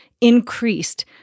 increased